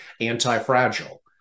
anti-fragile